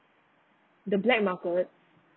the black markets